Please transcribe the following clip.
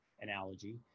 analogy